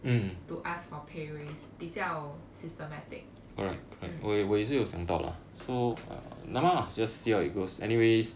to ask for pay raise 比较 systematic